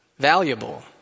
valuable